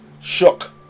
Shook